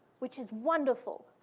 which is wonderful.